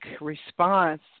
response